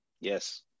Yes